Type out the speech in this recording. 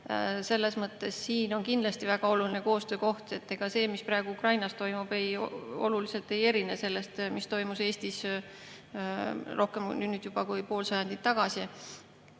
Selles mõttes siin on kindlasti väga oluline koostöökoht. Ega see, mis praegu Ukrainas toimub, oluliselt ei erine sellest, mis toimus Eestis nüüd juba rohkem kui pool sajandit tagasi.